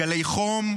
גלי חום,